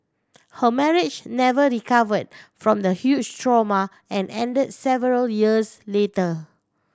her marriage never recovered from the huge trauma and end several years later